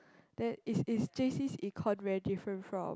that is is j_c's econ very different from